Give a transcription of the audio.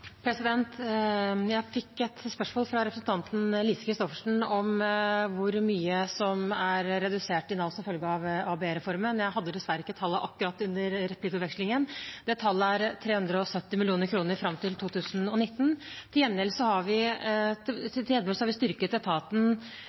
Jeg fikk et spørsmål fra representanten Lise Christoffersen om hvor mye som er redusert i Nav som følge av ABE-reformen. Jeg hadde dessverre ikke tallet akkurat under replikkvekslingen. Det tallet er 370 mill. kr fram til 2019. Til gjengjeld har vi styrket etaten med midler til inkluderingsdugnaden, til ungdomsinnsatsen og til aktivitetsplikten. Vi har styrket